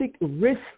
risk